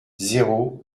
zéro